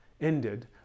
ended